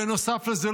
בנוסף לזה,